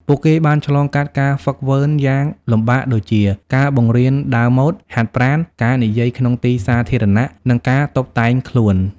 ពួកគេបានឆ្លងកាត់ការហ្វឹកហ្វឺនយ៉ាងលំបាកដូចជា ការបង្រៀនដើរម៉ូដ ហាត់ប្រាណ ការនិយាយក្នុងទីសាធារណៈ និងការតុបតែងខ្លួន។